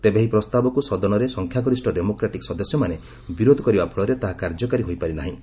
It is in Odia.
ତେବେ ଏହି ପ୍ରସ୍ତାବକୁ ସଦନରେ ସଂଖ୍ୟାଗରିଷ ଡେମୋକ୍ରାଟିକ୍ ସଦସ୍ୟମାନେ ବିରୋଧ କରିବା ଫଳରେ ତାହା କାର୍ଯ୍ୟକାରୀ ହୋଇପାରି ନାହିଁ